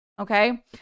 Okay